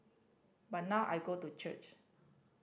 but now I go to church